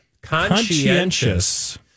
Conscientious